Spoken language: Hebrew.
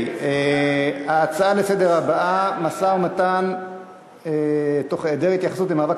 ההצעה הבאה לסדר-היום: משא-ומתן בהיעדר התייחסות למאבק